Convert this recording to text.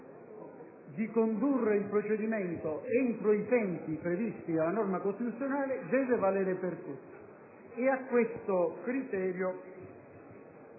di condurre il procedimento entro i tempi previsti dalla norma costituzionale deve valere per tutti e verso questo criterio